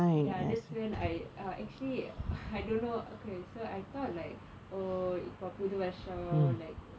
ya that's when I uh actually I don't know okay so I thought like oh இப்போ புது வர்ஷம்:ippo puthu varsham like